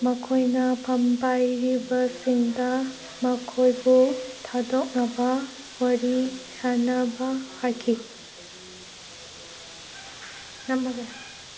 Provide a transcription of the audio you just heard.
ꯃꯈꯣꯏꯅ ꯐꯝ ꯄꯥꯏꯔꯤꯕꯁꯤꯡꯗ ꯃꯈꯣꯏꯕꯨ ꯊꯥꯗꯣꯛꯅꯕ ꯋꯥꯔꯤ ꯁꯥꯅꯕ ꯍꯥꯏꯈꯤ